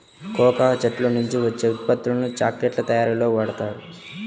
cocoa చెట్ల నుంచి వచ్చే ఉత్పత్తులను చాక్లెట్ల తయారీలో వాడుతారు